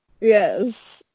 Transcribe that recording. Yes